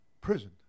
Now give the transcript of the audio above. prison